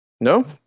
No